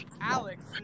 Alex